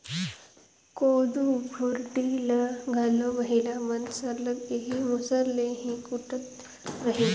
कोदो भुरडी ल घलो महिला मन सरलग एही मूसर ले ही कूटत रहिन